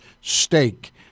steak